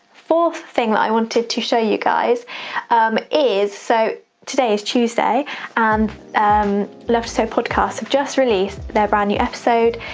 fourth thing i wanted to show you guys um is, so today is tuesday and um love to sew podcast just released their brand new episode,